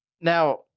Now